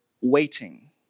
waiting